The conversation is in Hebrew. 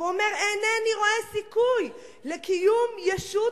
הוא אומר: אינני רואה סיכוי לקיום ישות